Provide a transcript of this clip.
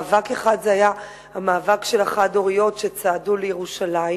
מאבק אחד היה המאבק של החד-הוריות שצעדו לירושלים,